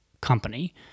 company